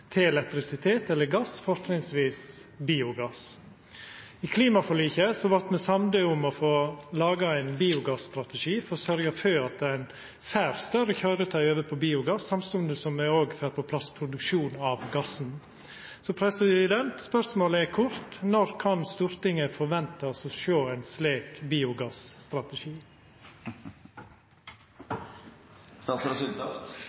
til elektrisitet eller gass, fortrinnsvis biogass. I klimaforliket vart me samde om å få laga ein biogasstrategi for å sørgja for at ein får større køyretøy over på biogass, samstundes som me òg får på plass produksjon av gassen. Spørsmålet er kort: Når kan Stortinget forventa å sjå ein slik